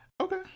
Okay